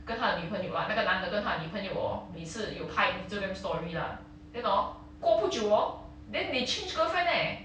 跟他的女朋友 lah 那个男的跟他女朋友 hor 每次有拍 instagram story lah then orh 过不久 orh then they change girlfriend leh